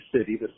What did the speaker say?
City